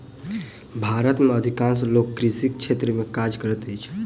भारत में अधिकांश लोक कृषि क्षेत्र में काज करैत अछि